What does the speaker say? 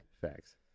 Facts